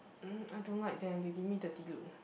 mm I don't like them they give me dirty look